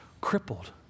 crippled